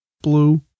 Blue